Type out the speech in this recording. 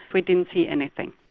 we didn't see anything.